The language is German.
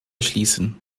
schließen